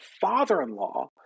father-in-law